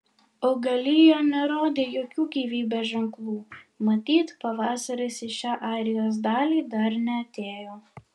augalija nerodė jokių gyvybės ženklų matyt pavasaris į šią airijos dalį dar neatėjo